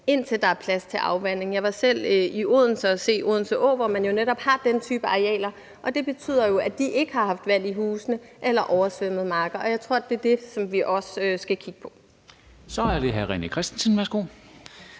indtil der er plads til afvandingen. Jeg var selv i Odense og se Odense Å, hvor man netop har den type arealer, og det betyder jo, at de ikke har haft vand i husene eller oversvømmede marker. Og jeg tror, det er det, vi også skal kigge på. Kl. 13:14 Formanden (Henrik